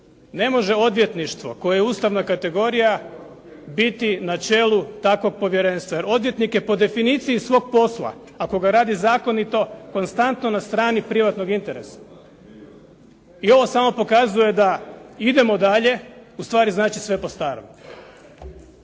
ne može odvjetništvo koje je ustavna kategorija biti na čelu takvog povjerenstva. Jer odvjetnik je po definiciji svog posla ako ga radi zakonito, konstantno na strani privatnog interesa. I ovo samo pokazuje da idemo dalje, ustvari znači sve po starom.